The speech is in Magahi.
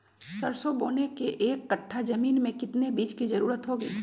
सरसो बोने के एक कट्ठा जमीन में कितने बीज की जरूरत होंगी?